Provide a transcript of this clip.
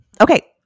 Okay